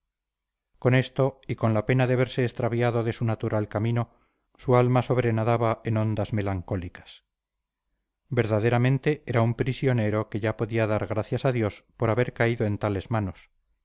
con esto y con la pena de verse extraviado de su natural camino su alma sobrenadaba en ondas melancólicas verdaderamente era un prisionero que ya podía dar gracias a dios por haber caído en tales manos